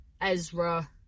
Ezra